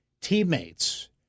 teammates